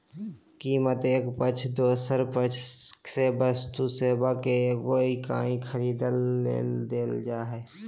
कीमत एक पक्ष दोसर पक्ष से वस्तु सेवा के एगो इकाई खरीदय ले दे हइ